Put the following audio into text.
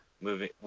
moving